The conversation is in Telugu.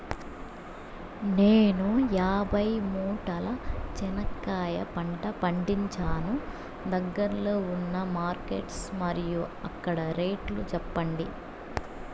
నేను యాభై మూటల చెనక్కాయ పంట పండించాను దగ్గర్లో ఉన్న మార్కెట్స్ మరియు అక్కడ రేట్లు చెప్పండి?